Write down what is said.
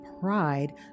pride